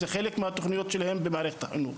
זה חלק מהתוכניות שלהם במערכת החינוך.